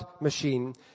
machine